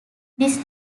this